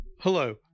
Hello